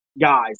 guys